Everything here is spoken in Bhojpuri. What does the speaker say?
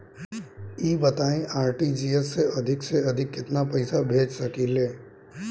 ई बताईं आर.टी.जी.एस से अधिक से अधिक केतना पइसा भेज सकिले?